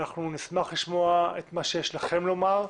אנחנו נשמח לשמוע מה שיש לכם לומר.